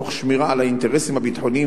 תוך שמירה על האינטרסים הביטחוניים